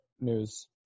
news